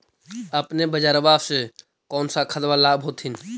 अपने बजरबा से कौन सा खदबा लाब होत्थिन?